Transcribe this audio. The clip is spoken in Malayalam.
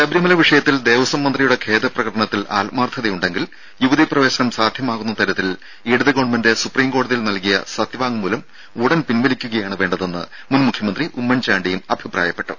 ശബരിമല വിഷയത്തിൽ ദേവസ്വം മന്ത്രിയുടെ ഖേദപ്രകടനത്തിൽ ആത്മാർത്ഥതയുണ്ടെങ്കിൽ യുവതീപ്രവേശനം സാധ്യമാകുന്ന തരത്തിൽ ഇടതുഗവൺമെന്റ് സുപ്രീംകോടതിയിൽ നൽകിയ സത്യവാങ്മൂലം ഉടൻ പിൻവലിക്കുകയാണ് വേണ്ടതെന്ന് മുൻ മുഖ്യമന്ത്രി ഉമ്മൻചാണ്ടിയും അഭിപ്രായപ്പെട്ടു